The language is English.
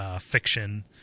Fiction